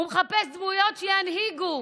הוא מחפש דמויות שינהיגו.